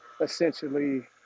essentially